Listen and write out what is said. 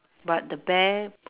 but the bear